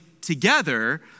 together